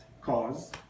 cause